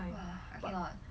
!wah! that hot